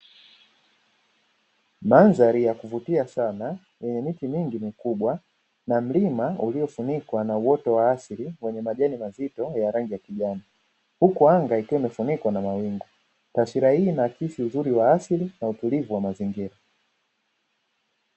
Mandhari ya kuvutia sana, yenye miti mingi na mikubwa na mlima uliofunikwa na uoto wa asili wenye majani mazito yenye rangi ya kijani, huku angaikiwa limefunikwa na mawingu, taswira hii inahakisi uzuri wa asili na utulivu wa mazingira.